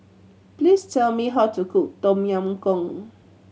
please tell me how to cook Tom Yam Goong